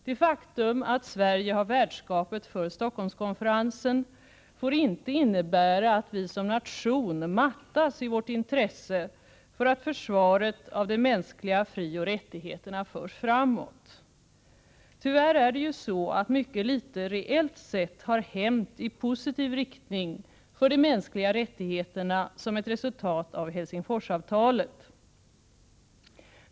Det faktum att Sverige har värdskapet för Stockholmskonferensen får inte innebära att vi som nation mattas i vårt intresse för att försvaret av de mänskliga frioch rättigheterna förs framåt. Tyvärr är det ju så, att mycket litet reellt sett har hänt i positiv riktning för de mänskliga rättigheterna som ett resultat av Helsingforsavtalet.